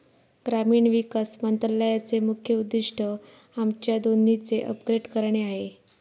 ग्रामीण विकास मंत्रालयाचे मुख्य उद्दिष्ट आमच्या दोन्हीचे अपग्रेड करणे आहे